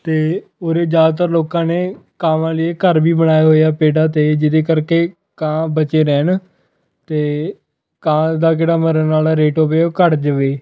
ਅਤੇ ਉਰੇ ਜ਼ਿਆਦਾਤਰ ਲੋਕਾਂ ਨੇ ਕਾਵਾਂ ਲਈ ਘਰ ਵੀ ਬਣਾਏ ਹੋਏ ਆ ਪੇੜਾਂ 'ਤੇ ਜਿਹਦੇ ਕਰਕੇ ਕਾਂ ਬਚੇ ਰਹਿਣ ਅਤੇ ਕਾਂ ਦਾ ਕਿਹੜਾ ਮਰਨ ਵਾਲਾ ਰੇਟ ਹੋਵੇ ਉਹ ਘੱਟ ਜਾਵੇ